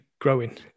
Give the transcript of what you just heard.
growing